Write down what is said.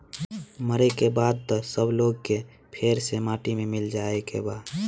मरे के बाद त सब लोग के फेर से माटी मे मिल जाए के बा